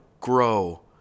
grow